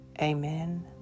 Amen